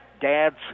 dads